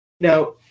now